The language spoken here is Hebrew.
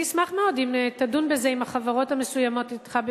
אני אשמח מאוד אם תדון בזה עם החברות המסוימות אצלך,